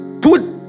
put